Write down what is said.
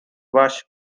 rush